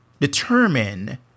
determine